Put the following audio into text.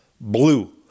blue